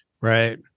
Right